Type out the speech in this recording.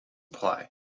apply